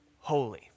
holy